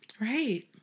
Right